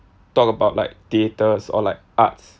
talk about like theatres or like arts